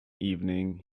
evening